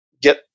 get